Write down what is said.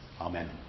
Amen